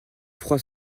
froid